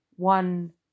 One